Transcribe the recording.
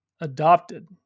adopted